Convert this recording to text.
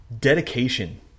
Dedication